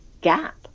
gap